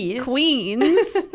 queens